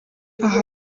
aha